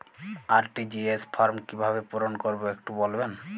RTGS form কিভাবে পূরণ করবো একটু বলবেন?